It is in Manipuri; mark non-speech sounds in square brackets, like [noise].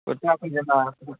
[unintelligible] ꯈꯣꯏꯗ ꯂꯥꯛꯄꯗꯨ